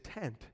tent